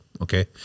okay